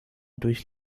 durch